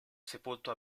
sepolto